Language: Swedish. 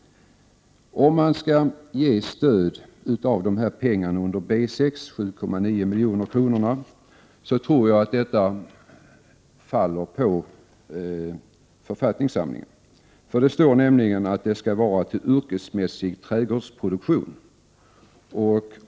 Om man vill ge stöd av pengarna under B6 7,9 milj.kr. tror jag att det hela faller på vad som är bestämt i författningssamlingen. Det står nämligen att medlen skall användas för yrkesmässig trädgårdsproduktion.